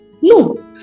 No